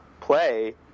play